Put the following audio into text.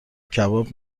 کباب